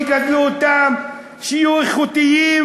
תגדלו אותם שיהיו איכותיים,